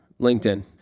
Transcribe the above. LinkedIn